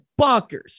bonkers